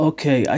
Okay